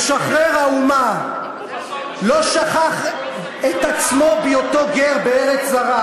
משחרר האומה, לא שכח את עצמו בהיותו גר בארץ זרה,